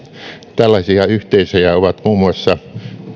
tällaisia yhteisöjä ovat muun muassa